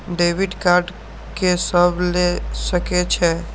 Debit card के सब ले सके छै?